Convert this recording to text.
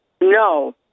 No